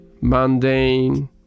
mundane